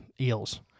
eels